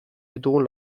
ditugun